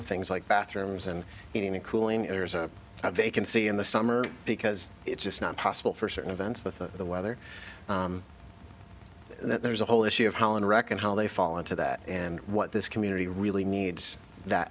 of things like bathrooms and heating and cooling there's a vacancy in the summer because it's just not possible for certain events with the weather there's a whole issue of holon reckon how they fall into that and what this community really needs that